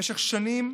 במשך שנים,